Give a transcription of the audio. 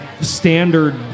standard